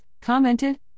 commented